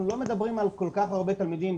אנחנו לא מדברים על כל כך הרבה תלמידים,